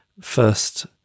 first